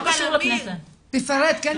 תנו לי